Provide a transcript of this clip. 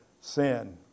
sin